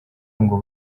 ngo